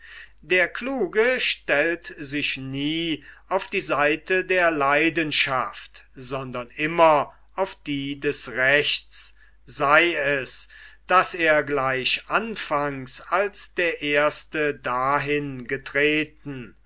der kluge stellt sich nie auf die seite der leidenschaft sondern immer auf die des rechts sei es daß er gleich anfangs als der erste dahin getreten